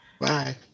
Bye